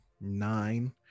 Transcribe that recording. nine